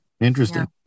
Interesting